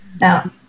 Now